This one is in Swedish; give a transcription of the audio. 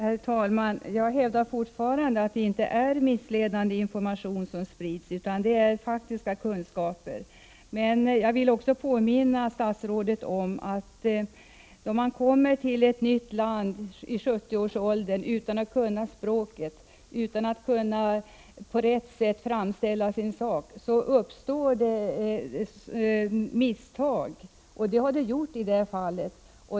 Herr talman! Jag hävdar fortfarande att det inte är missledande information som sprids utan faktiska kunskaper. Jag vill också påminna statsrådet om att när man kommer till ett nytt land i 70-års åldern — utan att kunna språket och utan att kunna framställa sin sak på rätt sätt — uppstår det misstag. Det har det gjort i detta fall.